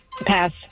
pass